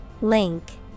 Link